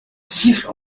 siffle